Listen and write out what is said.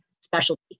specialty